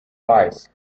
lies